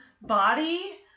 body